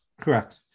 correct